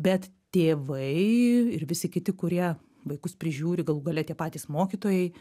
bet tėvai ir visi kiti kurie vaikus prižiūri galų gale tie patys mokytojai